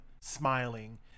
smiling